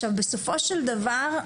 בסופו של דבר,